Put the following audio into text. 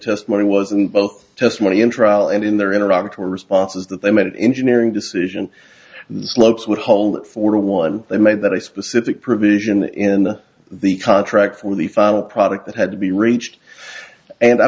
testimony was in both testimony in trial and in their iraq two responses that they made it engineering decision the slopes would hold for one they made that i specific provision in the contract for the final product that had to be reached and i